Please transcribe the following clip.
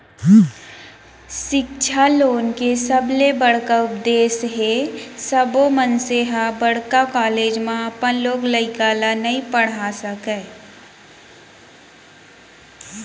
सिक्छा लोन के सबले बड़का उद्देस हे सब्बो मनसे ह बड़का कॉलेज म अपन लोग लइका ल नइ पड़हा सकय